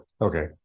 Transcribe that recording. okay